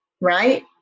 right